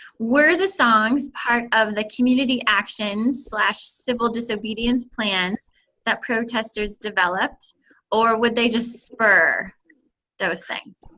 were the songs part of the community action slash civil disobedience plans that protesters developed or would they just spur those things?